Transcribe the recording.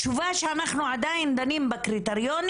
התשובה הייתה שאנחנו עדיין דנים בקריטריונים,